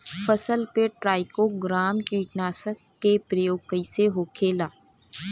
फसल पे trichogramma कीटनाशक के प्रयोग कइसे होखेला?